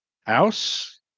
House